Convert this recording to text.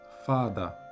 Father